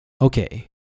Okay